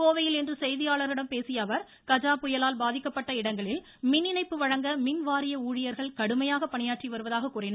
கோவையில் இன்று செய்தியாளர்களிடம் பேசிய அவர் கஜா புயலால் பாதிக்கப்பட்ட இடங்களில் மின் இணைப்பு வழங்க மின்வாரிய ஊழியர்கள் கடுமையாக பணியாற்றி வருவதாக கூறினார்